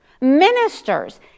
ministers